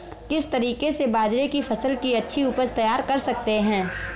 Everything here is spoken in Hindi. किस तरीके से बाजरे की फसल की अच्छी उपज तैयार कर सकते हैं?